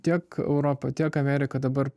tiek europa tiek amerika dabar